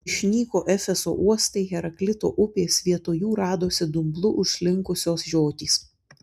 išnyko efeso uostai heraklito upės vietoj jų radosi dumblu užslinkusios žiotys